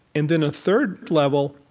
and then a third level,